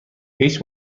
هیچ